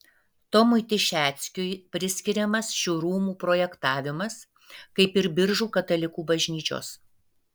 tomui tišeckiui priskiriamas šių rūmų projektavimas kaip ir biržų katalikų bažnyčios